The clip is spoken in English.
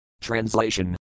Translation